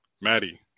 maddie